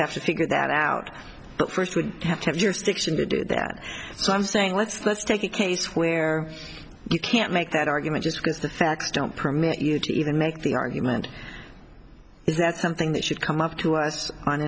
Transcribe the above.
have to figure that out but first we have to have jurisdiction to do that so i'm saying let's let's take a case where you can't make that argument just because the facts don't permit you to even make the argument is that something that should come up to us on